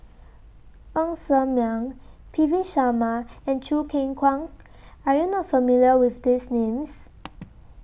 Ng Ser Miang P V Sharma and Choo Keng Kwang Are YOU not familiar with These Names